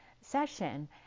session